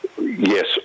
yes